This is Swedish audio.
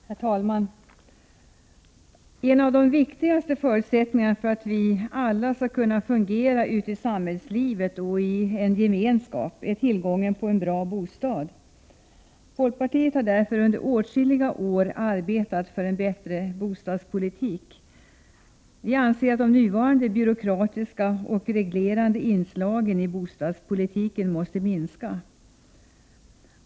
Herr talman! En av de viktigaste förutsättningarna för att vi alla skall kunna fungera ute i samhällslivet och i en gemenskap är tillgången på bra bostäder. Folkpartiet har därför under åtskilliga år arbetat för en bättre bostadspolitik. Vi anser att de nuvarande byråkratiska och reglerande inslagen i bostadspolitiken måste minska.